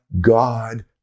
God